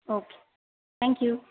okay thank you